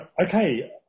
Okay